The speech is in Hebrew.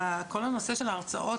שבכל הנושא של ההרצאות,